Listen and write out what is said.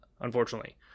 unfortunately